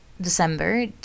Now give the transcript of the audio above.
December